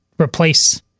replace